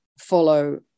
follow